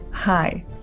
Hi